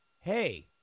hey